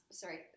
sorry